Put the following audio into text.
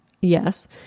Yes